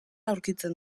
aurkitzen